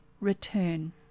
return